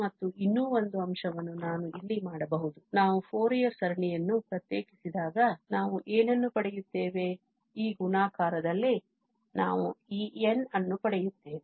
ಮತ್ತು ಇನ್ನೂ ಒಂದು ಅಂಶವನ್ನು ನಾನು ಇಲ್ಲಿ ಮಾಡಬಹುದು ನಾವು ಫೋರಿಯರ್ ಸರಣಿಯನ್ನು ಪ್ರತ್ಯೇಕಿಸಿದಾಗ ನಾವು ಏನನ್ನು ಪಡೆಯುತ್ತೇವೆ ಈ ಗುಣಾಕಾರದಲ್ಲಿ ನಾವು ಈ n ಅನ್ನು ಪಡೆಯುತ್ತೇವೆ